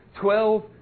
twelve